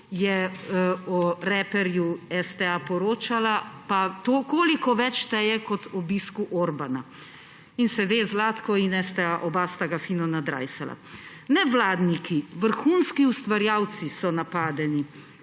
je o reperju STA poročala, pa to, koliko več šteje kot o obisku Orbana. In se ve, Zlatko in STA, oba sta ga fino nadrajsala. Nevladniki, vrhunski ustvarjalci, so napadeni,